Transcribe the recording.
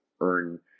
earn